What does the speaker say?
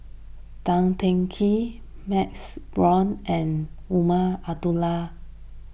Tan Teng Kee MaxLe Blond and Umar Abdullah